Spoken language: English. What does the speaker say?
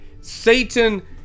Satan